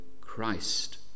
Christ